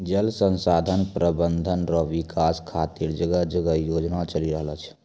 जल संसाधन प्रबंधन रो विकास खातीर जगह जगह योजना चलि रहलो छै